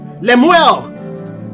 Lemuel